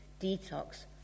detox